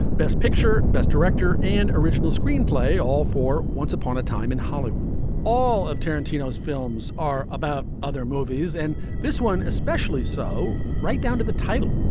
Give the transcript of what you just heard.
best picture, best director and original screenplay, all for once upon a time in hollywood all of tarantino's films are about other movies and this one especially so right down to the title.